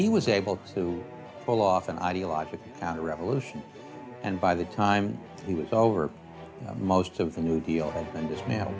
he was able to pull off an ideological counter revolution and by the time he was over most of the new deal